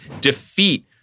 defeat